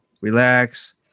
relax